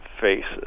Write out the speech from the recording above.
faces